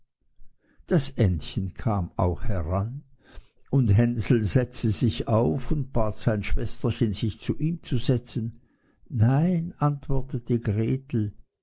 das entchen kam auch heran und hänsel setzte sich auf und bat sein schwesterchen sich zu ihm zu setzen nein antwortete gretel